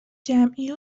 جمعی